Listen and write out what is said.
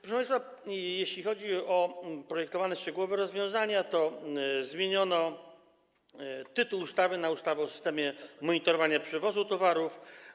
Proszę państwa, jeśli chodzi o projektowane szczegółowe rozwiązania, to zmieniono tytuł ustawy na ustawę o systemie monitorowania przewozu towarów.